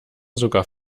sogar